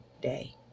day